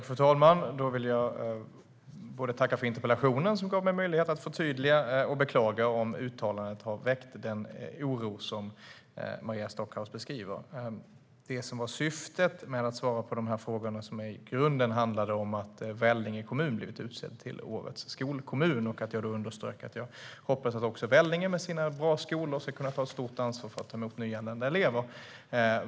Fru talman! Då vill jag tacka för interpellationen, som gav mig möjlighet att förtydliga uttalandet och beklaga om det har väckt den oro som Maria Stockhaus beskriver. Bakgrunden till att jag svarade på frågorna var att Vellinge kommun utsetts till årets skolkommun. Jag underströk då att jag hoppades att Vellinge med sina bra skolor ska kunna ta ett stort ansvar för att ta emot nyanlända elever.